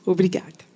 Obrigada